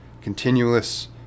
continuous